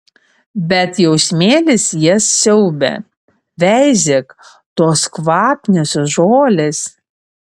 bet jau smėlis jas siaubia veizėk tos kvapniosios žolės